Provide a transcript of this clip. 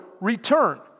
return